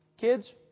kids